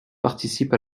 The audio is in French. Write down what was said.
participe